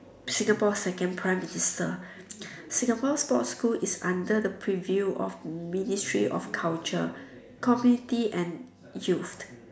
Singapore's second prime minister Singapore sports school is under the preview of ministry of culture committee and youth